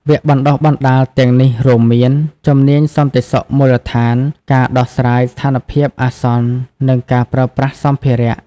វគ្គបណ្ដុះបណ្ដាលទាំងនេះរួមមាន ជំនាញសន្តិសុខមូលដ្ឋាន ការដោះស្រាយស្ថានភាពអាសន្ន និងការប្រើប្រាស់សម្ភារៈ។